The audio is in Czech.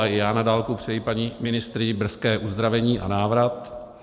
Já na dálku přeji paní ministryni brzké uzdravení a návrat.